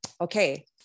okay